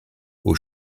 aux